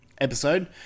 episode